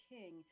King